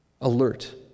alert